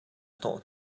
hnawh